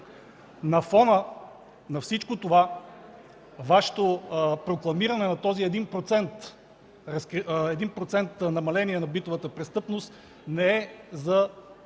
На фона на всичко това, Вашето прокламиране на този един процент намаление на битовата престъпност не е за